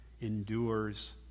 endures